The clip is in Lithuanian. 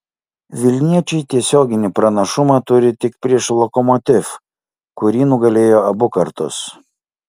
vilniečiai tiesioginį pranašumą turi tik prieš lokomotiv kurį nugalėjo abu kartus